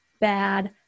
bad